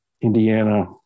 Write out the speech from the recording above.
Indiana